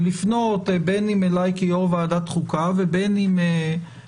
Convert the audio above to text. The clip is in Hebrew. לפנות אלי כיושב-ראש ועדת החוקה על מנת לקיים דיון.